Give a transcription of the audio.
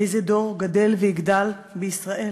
איזה דור גדל ויגדל בישראל?